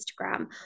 instagram